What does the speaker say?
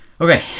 Okay